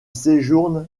séjourne